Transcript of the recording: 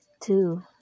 two